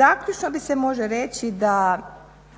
Zaključno se može reći da